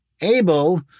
able